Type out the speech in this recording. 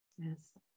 Yes